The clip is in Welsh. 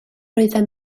oeddem